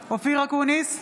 אקוניס,